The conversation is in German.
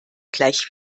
gleich